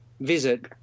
visit